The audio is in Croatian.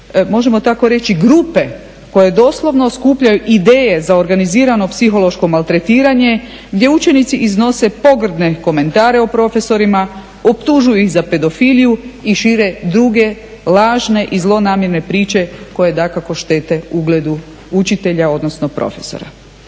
možemo tako reći grupe koje doslovno skupljaju ideje za organizirano psihološko maltretiranje gdje učenici pogrdne komentare o profesorima, optužuju ih za pedofiliju i šire druge lažne i zlonamjerne priče koje dakako štete ugledu učitelja odnosno profesora.